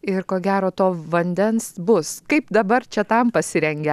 ir ko gero to vandens bus kaip dabar čia tam pasirengę